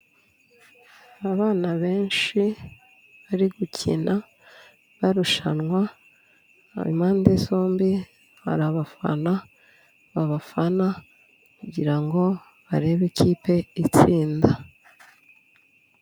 Abana benshi bari gukina barushanwa, mu pande zombi hari abafana babafana kugira ngo barebe ikipe itsinda.